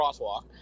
crosswalk